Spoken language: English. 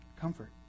comfort